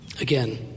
again